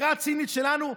מבחירה צינית שלנו,